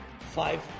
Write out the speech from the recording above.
Five